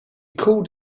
called